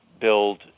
build